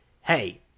hey